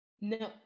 No